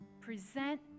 Present